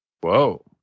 Whoa